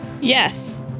Yes